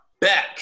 back